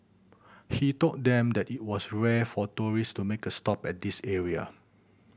he told them that it was rare for tourist to make a stop at this area